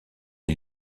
est